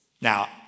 Now